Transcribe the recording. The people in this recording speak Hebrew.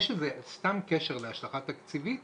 יש איזה קשר להשלכה תקציבית?